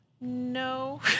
No